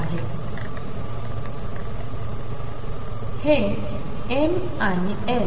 आहे हे m आणि l निर्देशांकासह एक मॅट्रिक्स घटक आहे